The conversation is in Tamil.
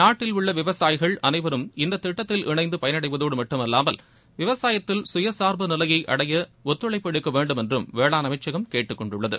நாட்டில் உள்ள விவசாயிகள் அனைவரும் இந்த திட்டத்தில் இணைந்து பயனடைவதோடு மட்டுமல்லாமல் விவசாயத்தில் சுயசாாபு நிலையை அடைய விவசாயிகள் அனைவரும் ஒத்துழைப்பு அளிக்க வேண்டுமென்றும் வேளாண் அமைச்சகம் கேட்டுக் கொண்டுள்ளது